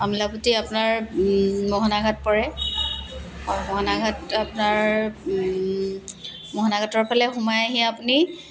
আমলাপটি আপোনাৰ মোহনাঘাট পৰে অঁ মোহনাঘাট আপোনাৰ মোহনাঘাটৰ ফালে সোমাই আহি আপুনি